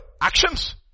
actions